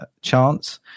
chance